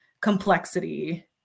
complexity